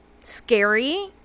scary